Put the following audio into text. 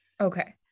Okay